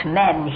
men